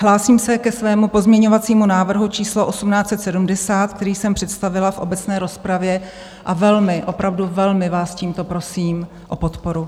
Hlásím se ke svému pozměňovacímu návrhu číslo 1870, který jsem představila v obecné rozpravě, a velmi, opravdu velmi vás tímto prosím o podporu.